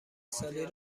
نسلی